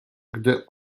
gdy